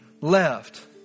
left